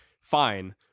Fine